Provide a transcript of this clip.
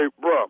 bro